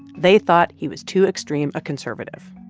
they thought he was too extreme a conservative.